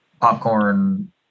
popcorn